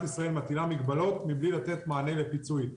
ישראל מטילה מגבלות מבלי לתת מענה לפיצוי.